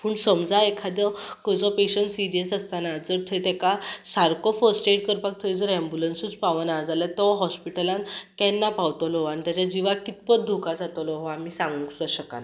समजा एखादो खंयचो पेशंट सिरीयस आसतना जर थंय ताका सारको फस्ट एड करपाक थंय जर अँबुलन्सूच पावना जाल्यार तो हॉस्पीटलना केन्ना पावतलो आनी ताच्या जिवाक कितपद धोका जातलो हें आमी सांगूंक सुद्दां शकना